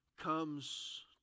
comes